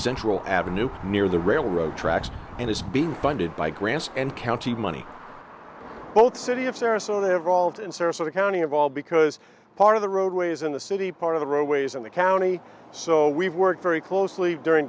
central avenue near the railroad tracks and is being funded by grants and county money both city of sarasota have rolled in sarasota county of all because part of the roadways in the city part of the roadways in the county so we've worked very closely during